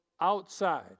outside